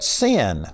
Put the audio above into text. sin